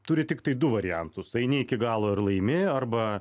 turi tiktai du variantus eini iki galo ir laimi arba